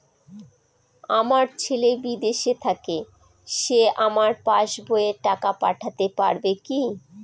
আমার ছেলে বিদেশে থাকে সে আমার পাসবই এ টাকা পাঠাতে পারবে কি?